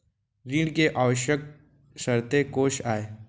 ऋण के आवश्यक शर्तें कोस आय?